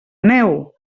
aneu